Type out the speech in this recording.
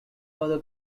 other